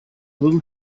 little